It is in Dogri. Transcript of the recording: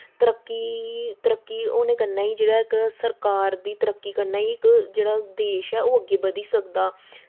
तरक्की तरक्की होने कन्नै गै जेह्ड़ा इक सरकार दी तरक्की कन्नै गै इक जेह्ड़ा देश ऐ ओह् अग्गें बधी सकदा